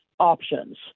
options